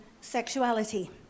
sexuality